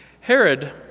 Herod